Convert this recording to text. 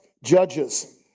Judges